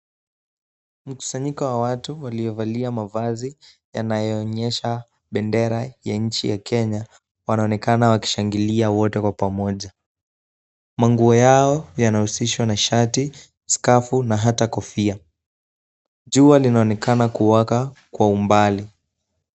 Mkusanyiko wa watu waliovalia mavazi, yanayoonyesha bendera ya nchi ya Kenya. Wanaonekana wakishangilia wote kwa pamoja, manguo yao yanahusishwa na shati, skafu na hata kofia. Jua linaonekana kuwaka kwa umbali.